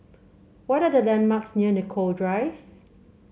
what are the landmarks near Nicoll Drive